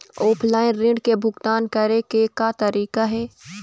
Offline ऋण के भुगतान करे के का तरीका हे?